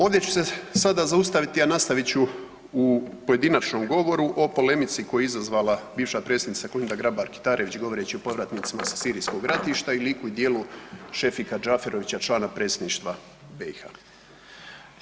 Ovdje ću se sada zaustaviti, a nastavit ću u pojedinačnom govoru o polemici koju je izazvala bivša predsjednica Kolinda Grabar Kitarović govoreći o povratnicima sa sirijskog ratišta i liku i djelu Šefika Džaferovića, člana Predsjedništva BiH.